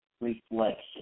reflection